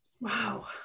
Wow